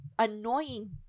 Annoying